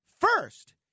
First